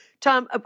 Tom